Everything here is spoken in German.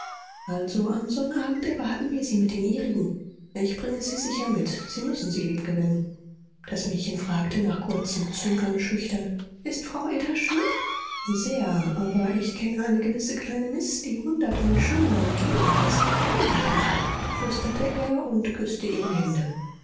also am sonnabend erwarten wir sie mit den ihrigen ich bringe sie sicher mit sie müssen sie liebgewinnen das mädchen fragte nach kurzem zögern schüchtern ist frau ada schön sehr aber ich kenne eine gewisse kleine miß die hundertmal schöner und lieber ist hundertmal flüsterte er und küßte ihr die hände